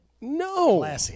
no